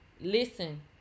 listen